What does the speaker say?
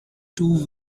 two